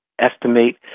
estimate